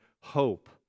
hope